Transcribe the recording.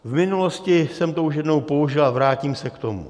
V minulosti jsem to už jednou použil a vrátím se k tomu.